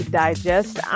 digest